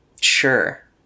Sure